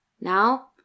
Now